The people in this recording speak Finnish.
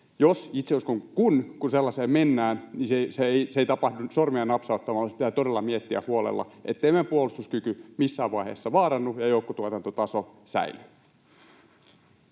tai itse asiassa kun, sellaiseen mennään, niin se ei tapahdu sormia napsauttamalla. Se pitää todella miettiä huolella, ettei meidän puolustuskyky missään vaiheessa vaarannu ja joukkotuotantotaso säilyy.